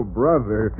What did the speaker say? brother